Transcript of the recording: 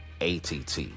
ATT